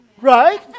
Right